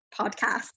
podcast